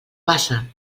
passa